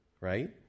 Right